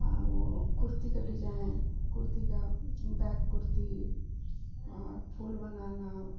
आओर ओ कुरतीके डिजाइन कुरतीके बैक कुरती आओर फूल बनाना